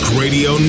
radio